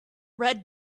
red